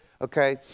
Okay